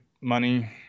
money